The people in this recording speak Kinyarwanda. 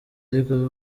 ariko